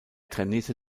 trainierte